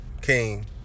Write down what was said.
King